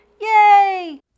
Yay